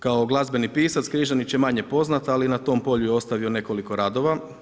Kao glazbeni pisac Križanić je manje poznat ali na tom polju je ostavio nekoliko radova.